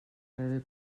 rebi